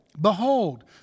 behold